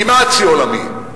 כמעט שיא עולמי.